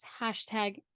hashtag